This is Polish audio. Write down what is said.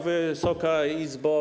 Wysoka Izbo!